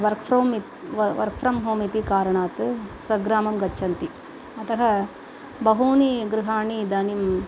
work from इत् वर् work from home इति कारणात् स्वग्रामं गच्छन्ति अतः बहूनि गृहाणि इदानीम्